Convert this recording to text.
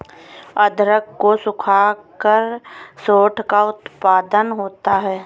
अदरक को सुखाकर सोंठ का उत्पादन होता है